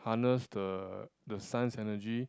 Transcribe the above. harness the the sun's energy